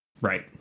Right